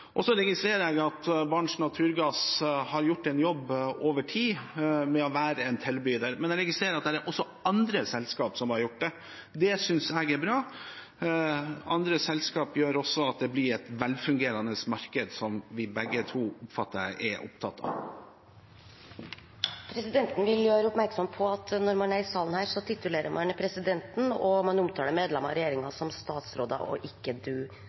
registrerer at Barents Naturgass har gjort en jobb over tid med å være en tilbyder, men at det også er andre selskaper som har gjort det. Det synes jeg er bra. Andre selskaper gjør at det blir et velfungerende marked, noe jeg oppfatter at vi begge er opptatt av. Presidenten vil gjøre oppmerksom på at når man er i denne salen, skal all tale gå via presidenten, og man skal omtale medlemmer av regjeringen som statsråder og ikke